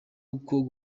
uko